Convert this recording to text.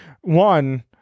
one